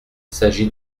s’agit